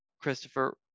Christopher